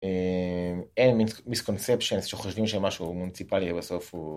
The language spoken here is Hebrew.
אין misconceptions שחושבים שמשהו הוא מונציפלי, ובסוף.